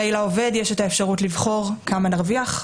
הרי לעובד יש את האפשרות לבחור כמה נרוויח,